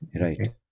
Right